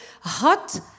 Hot